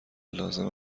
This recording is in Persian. لازم